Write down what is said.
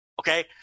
Okay